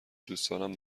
دوستانم